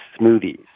smoothies